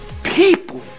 people